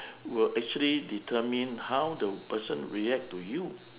will actually determine how the person react to you